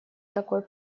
такой